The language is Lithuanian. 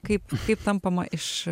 kaip kaip tampama iš